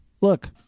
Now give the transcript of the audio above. Look